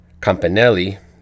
Campanelli